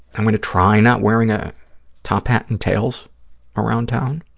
i'm going to try not wearing a top hat and tails around town.